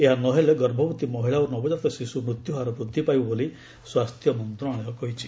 ଏହା ନ ହେଲେ ଗର୍ଭବତୀ ମହିଳା ଓ ନବଜାତ ଶିଶୁ ମୃତ୍ୟୁହାର ବୃଦ୍ଧି ପାଇବ ବୋଲି ସ୍ୱାସ୍ଥ୍ୟ ମନ୍ତ୍ରଣାଳୟ କହିଛି